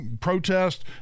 protest